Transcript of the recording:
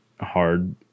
hard